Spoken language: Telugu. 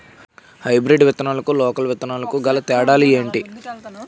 హైబ్రిడ్ విత్తనాలకు లోకల్ విత్తనాలకు గల తేడాలు ఏంటి?